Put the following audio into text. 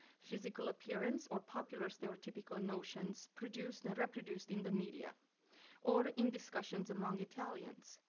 physical appearance, or popular stereotypical notions produced and reproduced in the media or in discussions among italians.